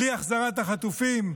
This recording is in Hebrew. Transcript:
בלי החזרת החטופים,